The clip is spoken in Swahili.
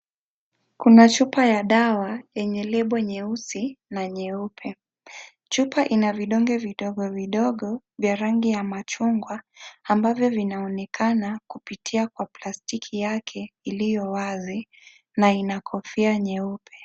Kuna chupa ya dawa yenye lebo nyeusi na nyeupe . Chupa ina vidonge vidogo vidogo vya rangi ya machungwa ambavyo vinaonekana kupitia kwa palstiki yake iliyo wazi na ina kofia nyeupe.